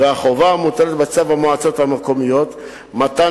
והחובה המוטלת בצו המועצות המקומיות (מתן